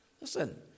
Listen